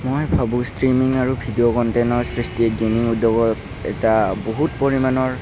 মই ভাবোঁ ষ্ট্ৰীমিং আৰু ভিডিঅ' কনটেনৰ সৃষ্টিয়ে গেইমিং উদ্যোগক এটা বহুত পৰিমাণৰ